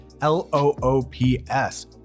L-O-O-P-S